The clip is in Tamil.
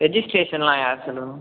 ரெஜிஸ்ட்ரேஷனெலாம் யார் செலவு